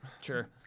Sure